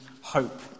hope